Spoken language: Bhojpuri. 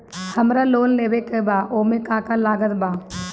हमरा लोन लेवे के बा ओमे का का लागत बा?